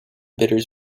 bidders